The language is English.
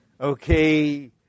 Okay